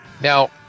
Now